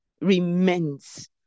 remains